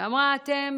היא אמרה: אתם